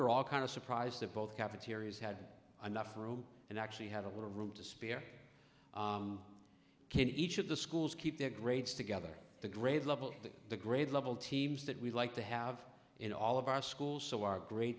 all kind of surprised that both cafeterias had enough room and actually had a little room to spare can each of the schools keep their grades together the grade level the grade level teams that we like to have in all of our schools so our great